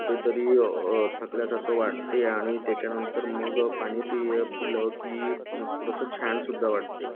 कुठेतरी थकल्यासारखं वाटते आणि त्याच्यानंतर मग पाणी पि पिलं की थोडंसं छान सुद्धा वाटते